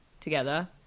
together